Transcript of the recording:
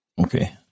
Okay